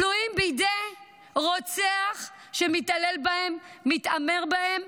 תלויים בידי רוצח שמתעלל בהם, מתעמר בהם.